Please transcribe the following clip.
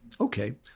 Okay